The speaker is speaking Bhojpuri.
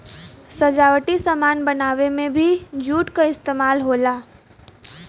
सजावटी सामान बनावे में भी जूट क इस्तेमाल होला